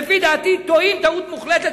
שלפי דעתי טועים טעות מוחלטת,